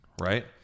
right